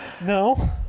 no